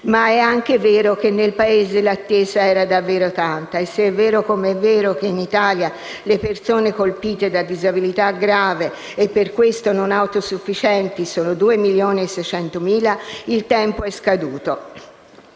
È anche vero però che nel Paese l'attesa era davvero tanta e se è vero (come è vero) che in Italia le persone colpite da disabilità grave e per questo non autosufficienti sono 2,6 milioni, il tempo è scaduto.